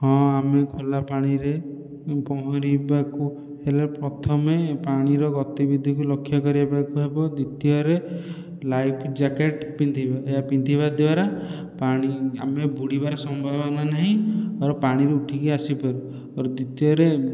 ହଁ ଆମେ ଖୋଲା ପାଣିରେ ପହଁରିବାକୁ ହେଲେ ପ୍ରଥମେ ପାଣିର ଗତିବିଧିକୁ ଲକ୍ଷ୍ୟ କରିବାକୁ ହେବ ଦ୍ଵିତୀୟରେ ଲାଇଫ ଜ୍ୟାକେଟ ପିନ୍ଧିବା ଏହା ପିନ୍ଧିବା ଦ୍ଵାରା ପାଣି ଆମେ ବୁଡ଼ିବାର ସମ୍ଭାବନା ନାହିଁ ଅର ପାଣିରୁ ଉଠିକି ଆସିପାରୁ ଆଉ ଦ୍ଵିତୀୟରେ